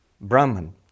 Brahman